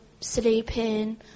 sleeping